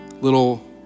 little